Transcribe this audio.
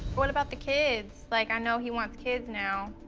what about the kids? like, i know he wants kids now.